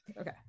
Okay